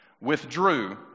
withdrew